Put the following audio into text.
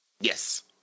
Yes